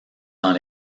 dans